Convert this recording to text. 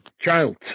child